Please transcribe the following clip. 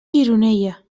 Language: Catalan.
gironella